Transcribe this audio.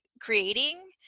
creating